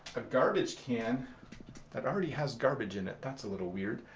a garbage can that already has garbage in it. that's a little weird.